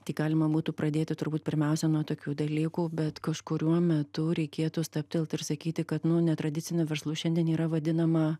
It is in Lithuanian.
tai galima būtų pradėti turbūt pirmiausia nuo tokių dalykų bet kažkuriuo metu reikėtų stabtelt ir sakyti kad nu netradiciniu verslu šiandien yra vadinama